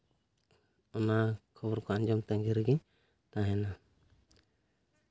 ᱚᱱᱟ ᱠᱷᱚᱵᱚᱨ ᱠᱚ ᱛᱟᱺᱜᱤ ᱨᱮᱜᱤᱧ ᱛᱟᱦᱮᱱᱟ